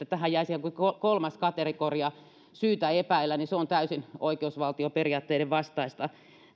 tähän jäisi joku kolmas kategoria syytä epäillä niin se on täysin oikeusvaltioperiaatteiden vastaista